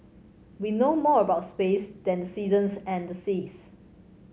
we know more about space than the seasons and the seas